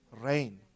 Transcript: rain